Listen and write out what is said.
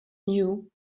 knew